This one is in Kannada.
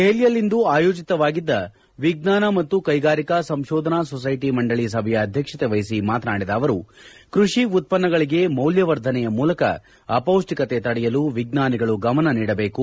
ದೆಹಲಿಯಲ್ಲಿಂದು ಆಯೋಜಿತವಾಗಿದ್ದ ವಿಜ್ಞಾನ ಮತ್ತು ಕೈಗಾರಿಕಾ ಸಂಶೋಧನಾ ಸೊಸೈಟಿ ಮಂಡಳಿ ಸಭೆಯ ಅಧ್ಯಕ್ಷತೆ ವಹಿಸಿ ಮಾತನಾಡಿದ ಅವರು ಕೃಷಿ ಉತ್ತನ್ನಗಳಿಗೆ ಮೌಲ್ಯವರ್ಧನೆ ಮೂಲಕ ಅಪೌಷ್ಯಿಕತೆ ತಡೆಯಲು ವಿಜ್ವಾನಿಗಳು ಗಮನ ಕೊಡಬೇಕು